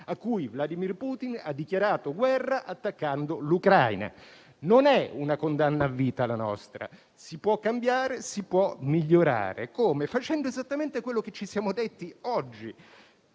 a cui Vladimir Putin ha dichiarato guerra attaccando l'Ucraina. Non è una condanna a vita la nostra: si può cambiare, si può migliorare. Come? Si cambia facendo esattamente quello che ci siamo detti oggi: